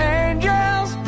angels